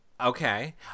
Okay